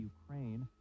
Ukraine